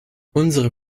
unsere